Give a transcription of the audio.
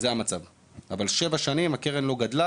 אבל שבע שנים הקרן לא גדלה